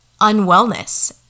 unwellness